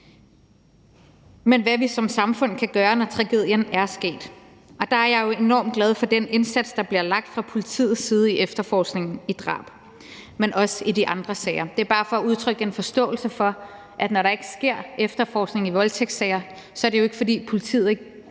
om, hvad vi som samfund kan gøre, når tragedien er sket. Og der er jeg jo enormt glad for den indsats, der bliver lagt fra politiets side i efterforskningen af drab, men også i de andre sager. Det siger jeg bare for at udtrykke en forståelse for, at når der ikke sker efterforskning i voldtægtssager, er det jo ikke, fordi politiet ikke